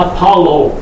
Apollo